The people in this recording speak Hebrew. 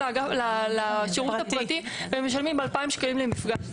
הולכים לשירות הפרטי ומשלמים 2,000 שקלים למפגש.